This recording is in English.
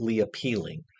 appealing